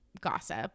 gossip